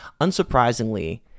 Unsurprisingly